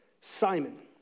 Simon